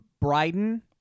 Bryden